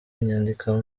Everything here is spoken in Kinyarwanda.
inyandiko